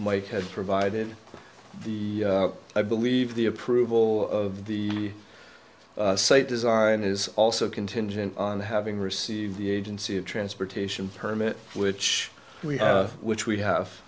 mike has provided the i believe the approval of the site design is also contingent on having received the agency of transportation permit which we have which we have